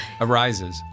arises